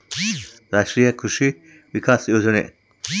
ರಾಷ್ಟ್ರೀಯ ಕೃಷಿ ವಿಕಾಸ ಯೋಜನೆ